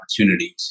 opportunities